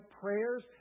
prayers